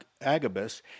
Agabus